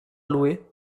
louer